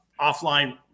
offline